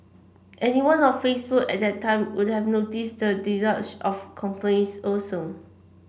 anyone on Facebook at that time would have noticed the deluge of complaints also